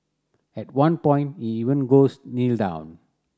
at one point he even goes Kneel down